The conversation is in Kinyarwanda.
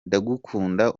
ndagukunda